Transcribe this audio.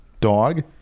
dog